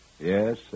Yes